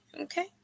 okay